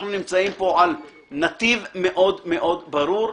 אנחנו נמצאים על נתיב מאוד-מאוד ברור,